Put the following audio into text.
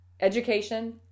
education